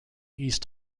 east